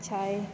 अच्छा अइ